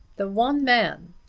the one man,